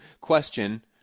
question